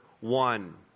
one